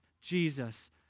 Jesus